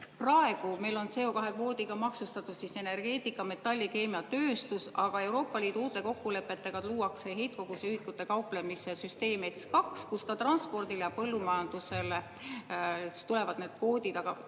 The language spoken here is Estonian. praegu meil on CO2-kvoodiga maksustatud energeetika, metalli- ja keemiatööstus, aga Euroopa Liidu uute kokkulepetega luuakse heitkoguse ühikutega kauplemise süsteem ETS2, kus ka transpordile ja põllumajandusele tulevad need kvoodid,